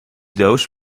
doos